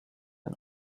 ein